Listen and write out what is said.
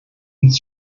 ins